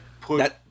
put